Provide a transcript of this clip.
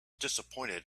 disappointed